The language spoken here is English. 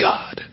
God